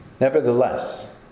Nevertheless